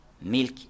Milk